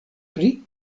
pri